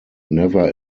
never